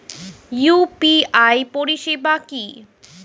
UPI পরিষেবা কি?